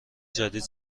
جدید